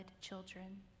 children